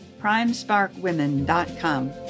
primesparkwomen.com